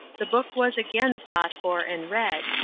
the book was again sought for and read,